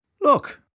Look